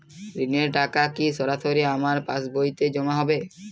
ঋণের টাকা কি সরাসরি আমার পাসবইতে জমা হবে?